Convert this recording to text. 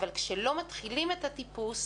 אבל כשהן לא מתחילות את הטיפוס,